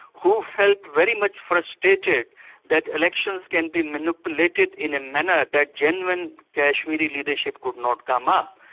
who felt very much frustrated that elections can be manipulated in a manner that genuine kashmiri leadership could not come up.